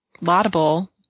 laudable